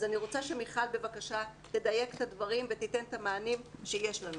אני רוצה שמיכל בבקשה תדייק את הדברים ותיתן את המענים שיש לנו.